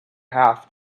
half